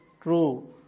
true